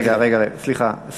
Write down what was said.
רגע, רגע, סליחה.